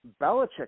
Belichick